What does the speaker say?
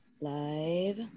live